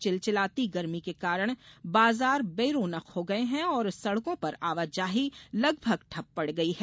चिलचिलाती गर्मी के कारण बाजार बेरौनक हो गये हैं और सड़कों पर आवाजाही लगभग ठप पड़ गई है